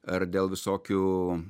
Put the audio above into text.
ar dėl visokių